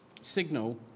signal